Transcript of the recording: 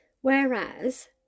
Whereas